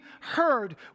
heard